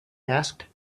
asked